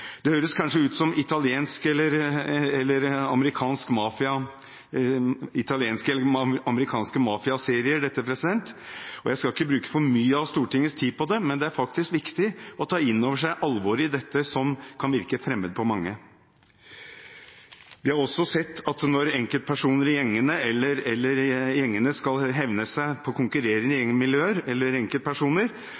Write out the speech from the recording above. Det høres kanskje ut som italienske eller amerikanske mafia-serier, dette, og jeg skal ikke bruke for mye av Stortingets tid på det, men det er faktisk viktig å ta inn over seg alvoret i dette, som kan virke fremmed på mange. Vi har også sett at når enkeltpersoner i gjengene eller gjengene skal hevne seg på konkurrerende gjengmiljøer eller enkeltpersoner, kan de også bruke skytevåpen på offentlig sted og sette andre i